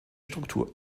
struktur